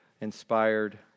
inspired